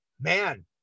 man